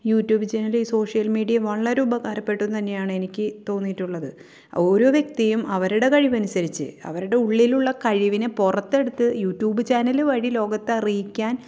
you tube channel social media വളരെ ഉപകാരപ്പെടുമെന്ന് തന്നെയാണ് എനിക്ക് തോന്നിയിട്ടുള്ളത് ഓരോ വ്യക്തിയും അവരുടെ കഴിവനുസരിച്ച് അവരുടെ ഉള്ളിലുള്ള കഴിവിനെ പുറത്തെടുത്ത് യൂ ട്യൂബ് ചാനല് വഴി ലോകത്തെ അറിയിക്കാൻ